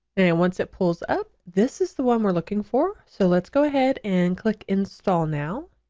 and and once it pulls up this is the one we're looking for so let's go ahead and click install now.